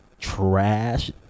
trash